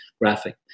graphic